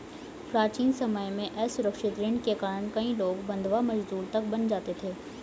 प्राचीन समय में असुरक्षित ऋण के कारण कई लोग बंधवा मजदूर तक बन जाते थे